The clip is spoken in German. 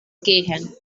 gehen